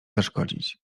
zaszkodzić